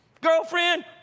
girlfriend